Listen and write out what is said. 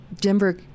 Denver